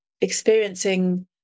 experiencing